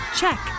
check